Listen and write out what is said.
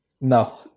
no